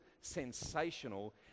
sensational